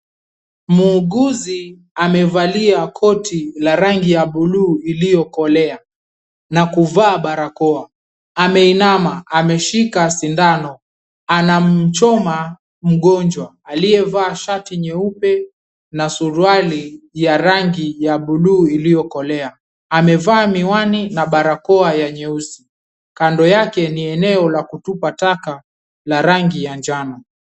Muuguzi amevalia koti la rangi ya buluu iliyokolea na kuvaa barakoa. Ameinama ameshika sindano anamchoma mgonjwa aliyevaa shati nyeupe na suruali ya rangi ya buluu iliyokolea. Amevaa miwani na barakoa ya nyeusi. Kando yake ni eneo la kutupa taka la rangi ya njano.